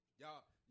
y'all